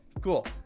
Cool